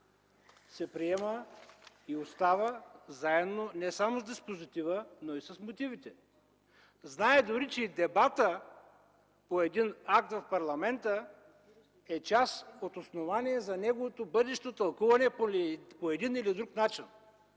се приема и остава не само заедно с диспозитива, но и с мотивите. Знае дори и че дебатът по един акт в парламента е част от основания за неговото бъдещо тълкуване по един или друг начин.